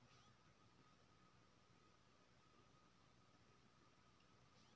माल जाल केँ पोसय लेल निम्मन बेवस्था केर जरुरत होई छै